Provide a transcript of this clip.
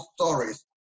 stories